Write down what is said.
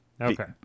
Okay